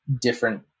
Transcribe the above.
different